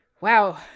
Wow